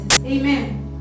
Amen